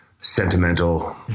sentimental